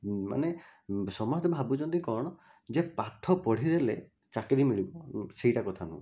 ମାନେ ସମସ୍ତେ ଭାବୁଛନ୍ତି କ'ଣ ଯେ ପାଠ ପଢ଼ାଇଲେ ଚାକିରି ମିଳିବ ସେଇଟା କଥାନୁହଁ